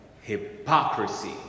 Hypocrisy